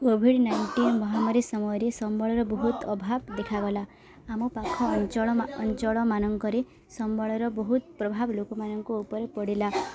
Covid nineteen ମହାମାରୀ ସମୟରେ ସମ୍ବଳର ବହୁତ ଅଭାବ ଦେଖାଗଲା ଆମ ପାଖ ଅଞ୍ଚଳ ଅଞ୍ଚଳମାନଙ୍କରେ ସମ୍ବଳର ବହୁତ ପ୍ରଭାବ ଲୋକମାନଙ୍କ ଉପରେ ପଡ଼ିଲା